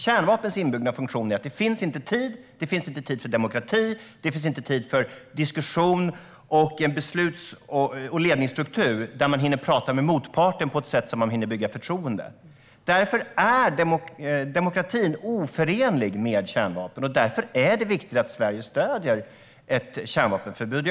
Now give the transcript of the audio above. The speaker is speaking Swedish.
Kärnvapens inbyggda funktion är att det inte finns tid för demokrati, inte för diskussion, inte för en besluts och ledningsstruktur där man hinner prata med motparten på ett sätt som kan bygga förtroende. Därför är demokratin oförenlig med kärnvapen, och därför är det viktigt att Sverige stöder ett kärnvapenförbud.